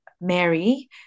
Mary